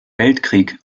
weltkrieg